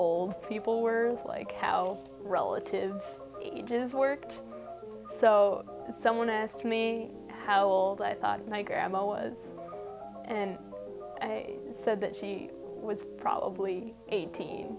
old people were like how relative ages worked so someone asked me how old i thought my grandma was and i said that she was probably eighteen